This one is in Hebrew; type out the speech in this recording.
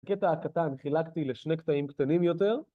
בקטע הקטן חילקתי לשני קטעים קטנים יותר